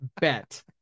bet